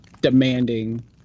demanding